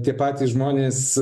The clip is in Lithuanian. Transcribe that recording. tie patys žmonės